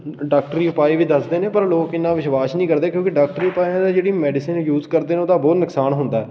ਡਾਕਟਰੀ ਉਪਾਏ ਵੀ ਦੱਸਦੇ ਨੇ ਪਰ ਲੋਕ ਇੰਨਾਂ ਵਿਸ਼ਵਾਸ ਨਹੀਂ ਕਰਦੇ ਕਿਉਂਕਿ ਡਾਕਟਰੀ ਉਪਾਹਿਆਂ ਦਾ ਜਿਹੜੀ ਮੈਡੀਸਨ ਯੂਜ ਕਰਦੇ ਨੇ ਉਹਦਾ ਬਹੁਤ ਨੁਕਸਾਨ ਹੁੰਦਾ ਹੈ